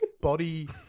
body